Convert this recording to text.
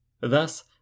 Thus